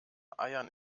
eiern